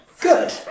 Good